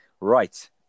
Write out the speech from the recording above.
Right